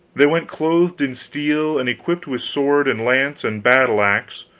they went clothed in steel and equipped with sword and lance and battle-axe,